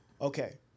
Okay